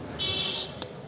ಇಷ್ಟ